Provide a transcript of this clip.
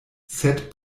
sed